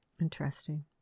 Interesting